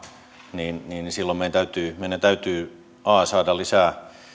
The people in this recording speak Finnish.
niin niin silloin meidän täytyy saada kehyksiin